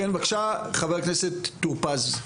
בבקשה חבר הכנסת טור פז.